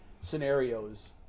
scenarios